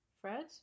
Fred